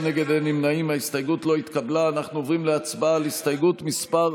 אנחנו עוברים להצבעה על הסתייגות מס'